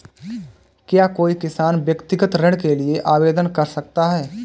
क्या कोई किसान व्यक्तिगत ऋण के लिए आवेदन कर सकता है?